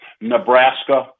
Nebraska